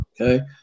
Okay